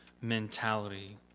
mentality